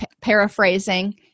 paraphrasing